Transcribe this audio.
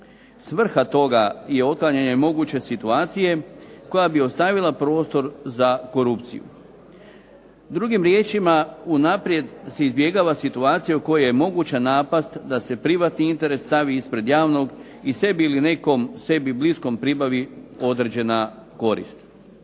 Svrha toga je otklanjanje moguće situacije koja bi ostavila prostor za korupciju. Drugim riječima, unaprijed se izbjegava situacija u kojoj je moguća napast da se privatni interes stavi ispred javnog i sebi ili nekom sebi bliskom pribavi određena korist.